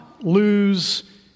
lose